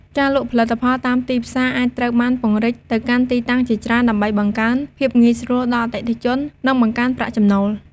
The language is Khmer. ការលក់ផលិតផលតាមទីផ្សារ អាចត្រូវបានពង្រីកទៅកាន់ទីតាំងជាច្រើនដើម្បីបង្កើនភាពងាយស្រួលដល់អតិថិជន និងបង្កើនប្រាក់ចំណូល។